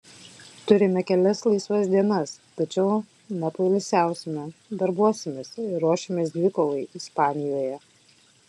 turime kelias laisvas dienas tačiau nepoilsiausime darbuosimės ir ruošimės dvikovai ispanijoje